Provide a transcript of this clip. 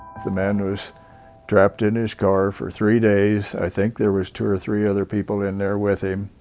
the man was trapped in his car for three days. i think there was two or three other people in there with him.